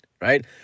right